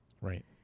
right